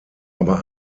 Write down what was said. aber